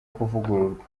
kuvugururwa